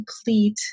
complete